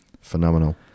Phenomenal